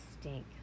stink